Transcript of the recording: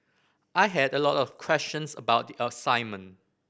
I had a lot of questions about the assignment